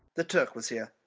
the turk was here.